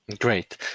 Great